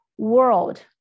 world